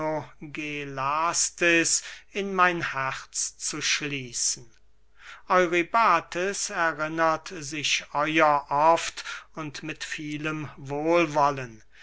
in mein herz zu schließen eurybates erinnert sich euer oft und mit vielem wohlwollen